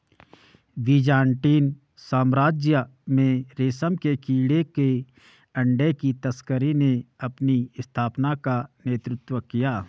Byzantine साम्राज्य में रेशम के कीड़े के अंडे की तस्करी ने अपनी स्थापना का नेतृत्व किया